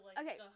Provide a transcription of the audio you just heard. Okay